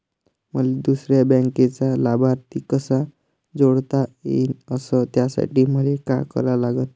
मले दुसऱ्या बँकेचा लाभार्थी कसा जोडता येईन, अस त्यासाठी मले का करा लागन?